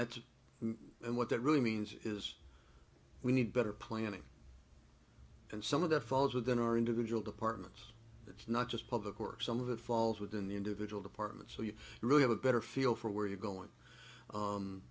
that's what that really means is we need better planning and some of that falls within our individual departments it's not just public or some of it falls within the individual department so you really have a better feel for where you go in